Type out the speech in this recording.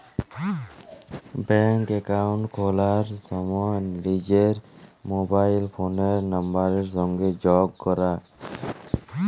ব্যাংকে একাউল্ট খুলার সময় লিজের মবাইল ফোলের লাম্বারের সংগে যগ ক্যরা